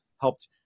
helped